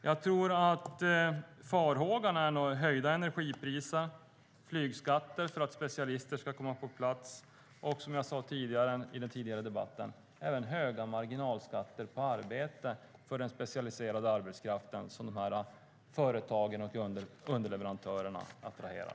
Jag tror att farhågan är nog höjda energipriser, flygskatter med tanke på att specialister ska komma på plats och, som jag tidigare, även höga marginalskatter på arbete för den specialiserade arbetskraft som de här företagen och underleverantörerna attraherar.